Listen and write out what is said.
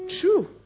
True